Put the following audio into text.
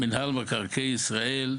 מנהל מקרקעי ישראל,